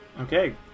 Okay